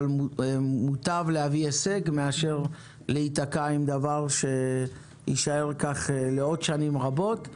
אבל מוטב להביא הישג מאשר להיתקע עם דבר שיישאר כך לעוד שנים רבות.